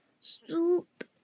soup